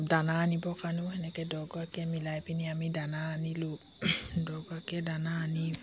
দানা আনিব কাৰণেও সেনেকে দহগৰাকীয়ে মিলাই পিনি আমি দানা আনিলোঁ দহগৰাকীয়ে দানা আনি